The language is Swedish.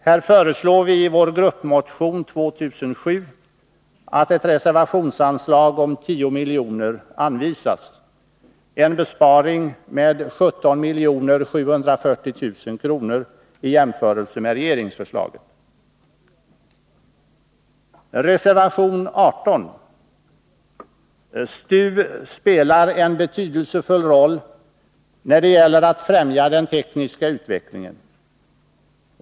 Här föreslår vi i vår gruppmotion 2007 att ett reservationsanslag om 10 milj.kr. anvisas, en besparing med 17 740 000 kr. i jämförelse med regeringsförslaget. Reservation 18: STU spelar en betydelsefull roll när det gäller att främja den tekniska utvecklingen.